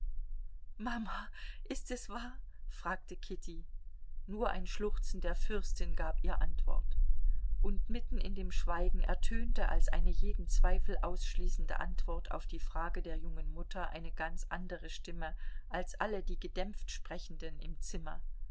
mama ist es wahr fragte kitty nur ein schluchzen der fürstin gab ihr antwort und mitten in dem schweigen ertönte als eine jeden zweifel ausschließende antwort auf die frage der jungen mutter eine ganz andere stimme als alle die gedämpft sprechenden im zimmer